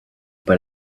but